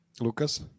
lucas